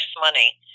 money